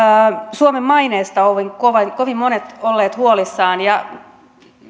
suomen maineesta ovat kovin kovin monet olleet huolissaan ja